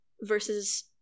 versus